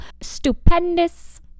stupendous